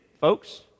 folks